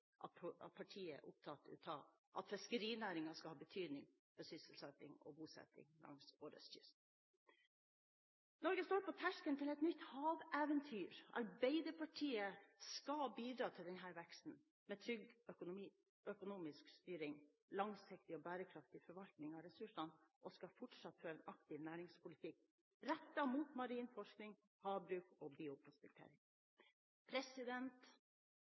Høyres forslag at partiet er opptatt av at fiskerinæringen skal ha betydning for sysselsetting og bosetting langs kysten vår. Norge står på terskelen til et nytt haveventyr. Arbeiderpartiet skal bidra til denne veksten med trygg økonomisk styring, langsiktig og bærekraftig forvaltning av ressursene, og vi skal fortsatt føre en aktiv næringspolitikk rettet mot marin forskning, havbruk og